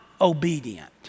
obedient